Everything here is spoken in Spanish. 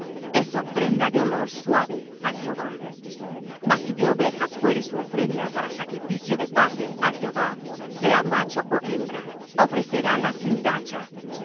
es ofrenda de olor suave á jehová mas si de ovejas fuere su ofrenda para sacrificio de paces á jehová sea macho ó hembra ofrecerála sin tacha